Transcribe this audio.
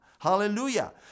Hallelujah